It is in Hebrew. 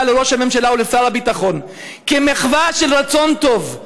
לראש הממשלה ולשר הביטחון: כמחווה של רצון טוב,